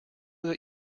that